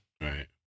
right